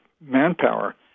manpower